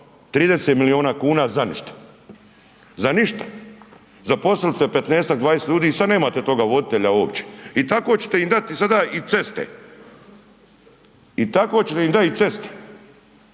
30 milijuna kuna za ništa. Za ništa, zaposlili ste 15-ak, 20 ljudi i sad nemate toga voditelja uopće i tako ćete im dati sada i ceste. I tako ćete im dati i ceste.